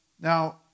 Now